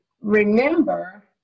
remember